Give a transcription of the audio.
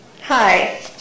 Hi